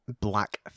black